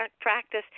practice